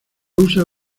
usa